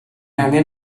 angen